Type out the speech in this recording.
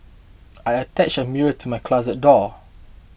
I attached a mirror to my closet door